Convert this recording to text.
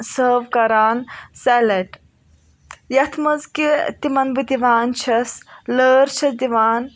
serve کَران سیلیڑ یَتھ منٛز کہِ تِمن بہٕ دِوان چھس لٲر چھس دِوان